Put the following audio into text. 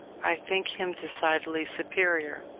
i think him decidedly superior.